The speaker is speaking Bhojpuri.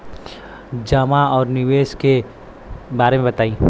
जमा और निवेश के बारे मे बतायी?